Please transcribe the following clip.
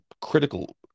critical